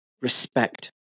respect